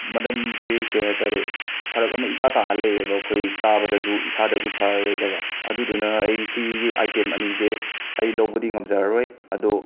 ꯃꯅꯝꯖꯦ ꯀꯩ ꯍꯥꯏꯇꯥꯔꯦ ꯐꯔꯛ ꯑꯃ ꯏꯇꯥ ꯇꯥ ꯂꯩꯔꯦꯕ ꯑꯩꯈꯣꯏ ꯆꯥꯕꯗꯖꯨ ꯏꯁꯥꯗꯖꯨ ꯐꯔꯔꯣꯏꯗꯕ ꯑꯗꯨꯗꯨꯅ ꯑꯩ ꯁꯤꯒꯤ ꯑꯥꯏꯇꯦꯝ ꯑꯅꯤꯖꯦ ꯑꯩ ꯂꯧꯕꯗꯤ ꯉꯝꯖꯔꯔꯣꯏ ꯑꯗꯣ